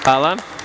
Hvala.